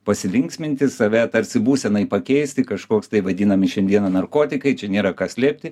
pasilinksminti save tarsi būsenai pakeisti kažkoks tai vadinami šiandieną narkotikai čia nėra ką slėpti